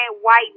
white